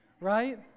right